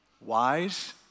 Wise